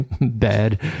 bad